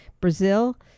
brazil